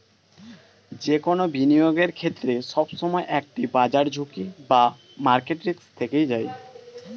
যে কোনো বিনিয়োগের ক্ষেত্রে, সবসময় একটি বাজার ঝুঁকি বা মার্কেট রিস্ক থেকেই যায়